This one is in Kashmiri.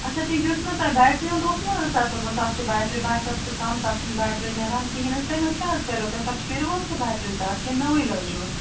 اچھا ٹھیٖک یُس مےٚ تۄہہِ بیٹری ہُنٛد اوسمَو نہٕ حظ تتَھ ووٚنمُت تَتھ چھِ بیٹری بیک اپ تہِ کَم تَتھ چھُنہٕ بیٹری نٮ۪ران کِہیٖنۍ حظ تمیُک کیٛاہ حظ کَریو تۄہہِ تۄہہِ شیرِوٕ حظ سُہ بیٹری تَتھ کِنہٕ نٔوٕے لٲجِوَس